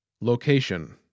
Location